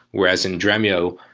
whereas in dremio,